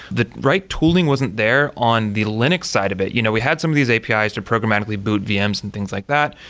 the right tooling wasn't there the linux side of it. you know we had some of these apis to programmatically boot vms and things like that,